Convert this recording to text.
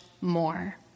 more